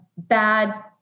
Bad